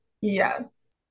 Yes